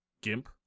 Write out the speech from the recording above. gimp